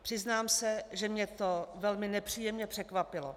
Přiznám se, že mě to velmi nepříjemně překvapilo.